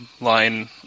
line